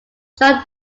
john